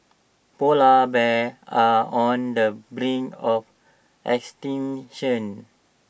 Polar Bears are on the brink of extinction